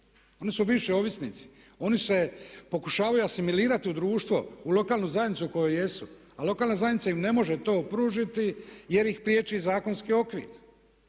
Oni su bivši ovisnici. Oni se pokušavaju asimilirati u društvo, u lokalnu zajednicu u kojoj jesu. A lokalna zajednica im ne može to pružiti jer ih priječi zakonski okvir.